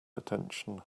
attention